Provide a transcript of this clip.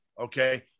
okay